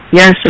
yes